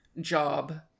job